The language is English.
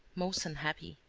most unhappy.